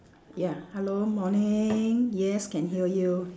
ya hello morning yes can hear you